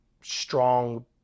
strong